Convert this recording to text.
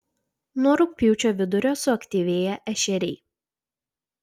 nuo rugpjūčio vidurio suaktyvėja ešeriai